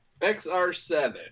XR7